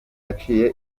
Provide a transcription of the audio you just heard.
yaciye